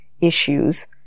issues